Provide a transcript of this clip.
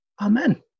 Amen